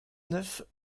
neuf